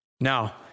Now